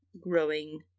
growing